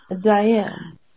Diane